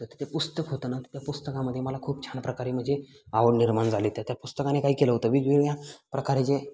तर ते ते पुस्तक होतं ना त्या पुस्तकामध्ये मला खूप छान प्रकारे म्हणजे आवड निर्माण झाली त्या त्या पुस्तकाने काय केलं होतं वेगवेगळ्या प्रकारे जे